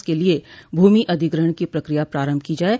इसके लिये भूमि अधिग्रहण की प्रक्रिया प्रारम्भ की जाये